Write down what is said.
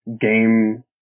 game